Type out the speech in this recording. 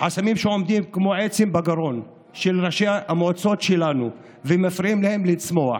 חסמים שעומדים כמו עצם בגרון של ראשי המועצות שלנו ומפריעים להם לצמוח.